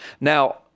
Now